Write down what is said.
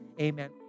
Amen